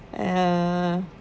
uh